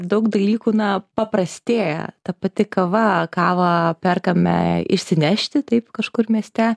daug dalykų na paprastėja ta pati kava kavą perkame išsinešti taip kažkur mieste